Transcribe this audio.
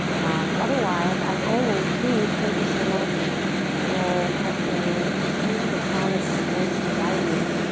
otherwise, as always, please, thank you so much for trusting me. just use the sound of my voice to guide you.